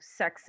sexist